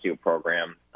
program